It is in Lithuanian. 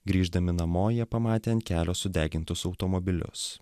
grįždami namo jie pamatė ant kelio sudegintus automobilius